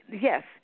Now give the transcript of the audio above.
yes